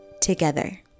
together